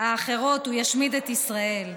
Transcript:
האחרות הוא ישמיד את ישראל.